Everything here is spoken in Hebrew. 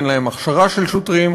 אין להם הכשרה של שוטרים,